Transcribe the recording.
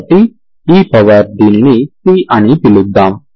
కాబట్టి e power దీనిని c అని పిలుద్దాం